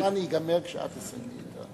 הזמן ייגמר כשאת תסיימי.